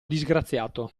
disgraziato